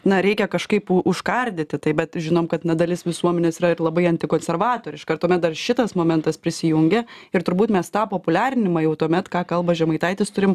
na reikia kažkaip užkardyti tai bet žinom kad na dalis visuomenės yra labai antikonservatoriška ir tuomet dar šitas momentas prisijungia ir turbūt mes tą populiarinimą jau tuomet ką kalba žemaitaitis turim